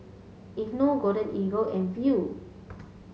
Aveeno Golden Eagle and Viu